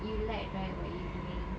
you like right what you doing